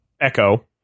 echo